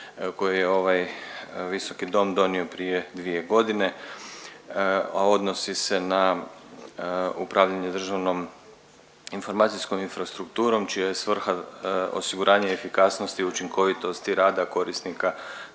koju je ovaj visoki dom donio prije dvije godine, a odnosi se na upravljanje državnom informacijskom infrastrukturom čija je svrha osiguranje efikasnosti i učinkovitosti rada korisnika